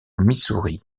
missouri